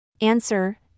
Answer